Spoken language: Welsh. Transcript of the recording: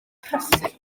prysur